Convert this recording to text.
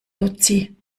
lotzi